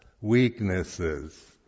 weaknesses